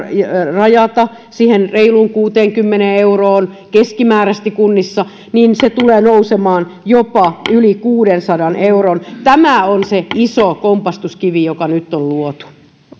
rajata reiluun kuuteenkymmeneen euroon keskimääräisesti kunnissa niin se tulee nousemaan jopa yli kuudensadan euron tämä on se iso kompastuskivi joka nyt on luotu